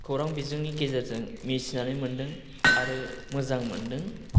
खौरां बिजोंनि गेजेरजों मिथिनानै मोनदों आरो मोजां मोनदों